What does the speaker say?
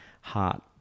heart